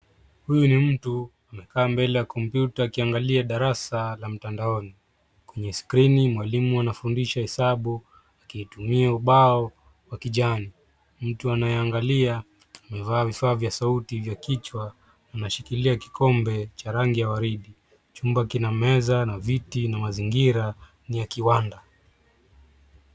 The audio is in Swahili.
Huyu ni mtu amekaa mbele ya kompyuta akiangalia darasa la mtandaoni. Kwenye skrini mwalimu anafundisha hesabu akiitumia ubao wa kijani. Mtu anayeangalia umevaa vifaa vya sauti vya kichwa unashikilia kikombe cha rangi ya waridi. Chumba kina meza na viti na mazingira ni ya kiwanda.